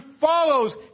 follows